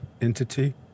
entity